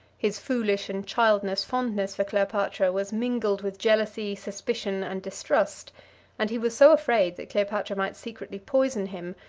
his foolish and childish fondness for cleopatra was mingled with jealousy, suspicion, and distrust and he was so afraid that cleopatra might secretly poison him,